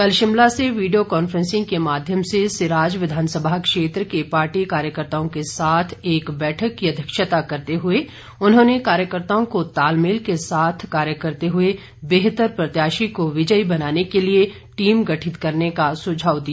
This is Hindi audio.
कल शिमला से वीडियो कांफ्रैंसिंग के माध्यम से सिराज विधानसभा क्षेत्र के पार्टी कार्यकर्ताओं के साथ एक बैठक की अध्यक्षता करते हुए उन्होंने कार्यकताओं को तालमेल के साथ कार्य करते हुए बेहतर प्रत्याशी को विजयी बनाने के लिए टीम गठित करने का सुझाव दिया